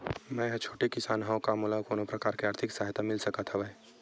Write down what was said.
मै ह छोटे किसान हंव का मोला कोनो प्रकार के आर्थिक सहायता मिल सकत हवय?